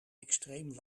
extreem